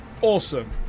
Awesome